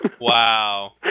Wow